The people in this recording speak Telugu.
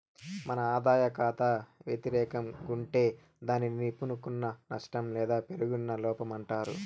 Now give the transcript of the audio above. మన ఆదాయ కాతా వెతిరేకం గుంటే దాన్ని నిలుపుకున్న నష్టం లేదా పేరుకున్న లోపమంటారు